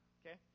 okay